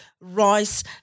rice